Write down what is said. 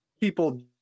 people